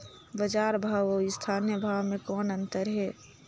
बजार भाव अउ स्थानीय भाव म कौन अन्तर हे?